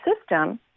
system